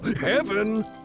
heaven